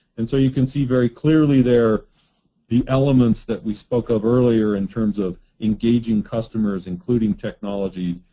and so you can see very clearly there the elements that we spoke of earlier in terms of engaging customers, including technology,